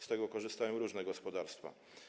Z tego korzystają różne gospodarstwa.